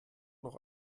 noch